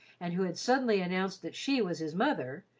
and who had suddenly announced that she was his mother,